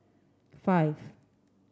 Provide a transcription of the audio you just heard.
five